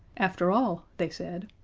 after all, they said,